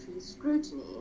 scrutiny